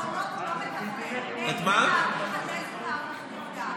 את העליות האחרונות